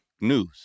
news